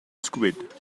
squid